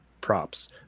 props